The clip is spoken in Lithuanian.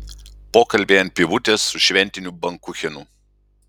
pokalbiai ant pievutės su šventiniu bankuchenu